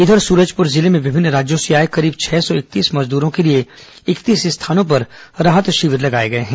इधर सूरजपुर जिले में विभिन्न राज्यों से आए करीब छह सौ इकतीस मजदूरों के लिए इकतीस स्थानों पर राहत शिविर लगाए गए हैं